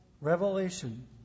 revelation